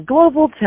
Global